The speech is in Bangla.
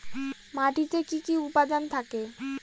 মাটিতে কি কি উপাদান থাকে?